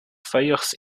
fires